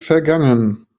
vergangen